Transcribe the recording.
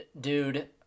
Dude